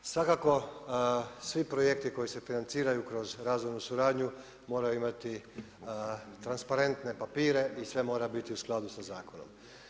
Svakako, svi projekti koji se financiraju kroz razvojnu suradnju, moraju imati transparentne papire i sve mora biti u skladu sa zakonom.